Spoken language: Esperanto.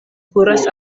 kuras